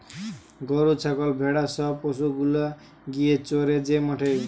গরু ছাগল ভেড়া সব পশু গুলা গিয়ে চরে যে মাঠে